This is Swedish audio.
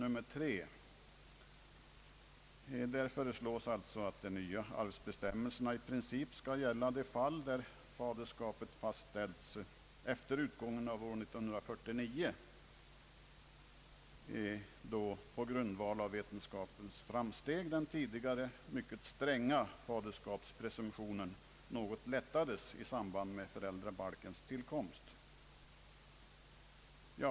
3. Där föreslås att de nya arvsbestämmelserna i princip skall gälla i de fall där faderskapet fastställts efter utgången av 1949, då på grundval av vetenskapens framsteg den tidigare mycket stränga faderskapspresumtionen något lättades i samband med föräldrabalkens tillkomst.